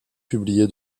publié